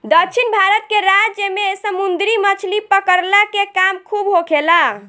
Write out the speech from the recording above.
दक्षिण भारत के राज्य में समुंदरी मछली पकड़ला के काम खूब होखेला